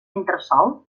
entresòl